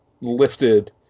lifted